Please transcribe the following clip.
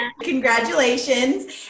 Congratulations